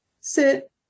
Sit